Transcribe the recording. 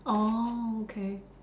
orh okay